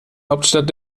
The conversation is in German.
hauptstadt